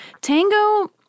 Tango